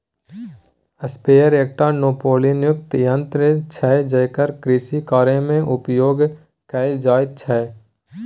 sprayer एकटा नोपानियुक्त यन्त्र छै जेकरा कृषिकार्यमे उपयोग कैल जाइत छै